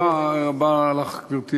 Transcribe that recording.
גברתי